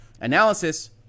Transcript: analysis